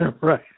Right